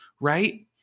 Right